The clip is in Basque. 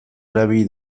erabili